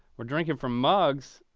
we're drinking from mugs.